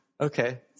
Okay